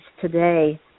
today